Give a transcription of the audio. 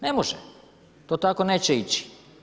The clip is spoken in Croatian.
Ne može, to tako neće ići.